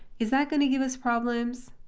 is that going to give us problems?